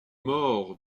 maures